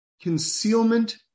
concealment